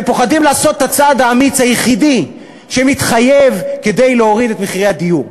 פוחדים לעשות את הצעד האמיץ היחידי שמתחייב כדי להוריד את מחירי הדיור.